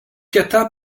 kata